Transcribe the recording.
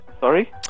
Sorry